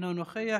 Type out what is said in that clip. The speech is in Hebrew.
אינו נוכח.